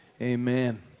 amen